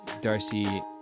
Darcy